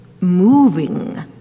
moving